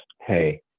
hey